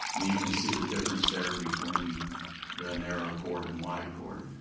you can see the difference there between the narrow chord and wide chord.